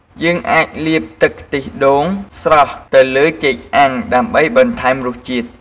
យើងអាចលាបទឹកខ្ទិះដូងស្រស់ទៅលើចេកអាំងដើម្បីបន្ថែមរសជាតិ។